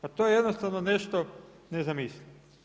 Pa to je jednostavno nešto nezamislivo.